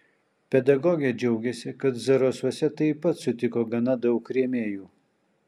pedagogė džiaugėsi kad zarasuose taip pat sutiko gana daug rėmėjų